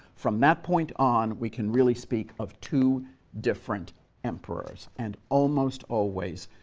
from that point on, we can really speak of two different emperors. and almost always,